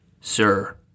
sir